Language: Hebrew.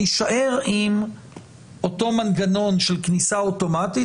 נישאר עם אותו מנגנון של כניסה אוטומטית.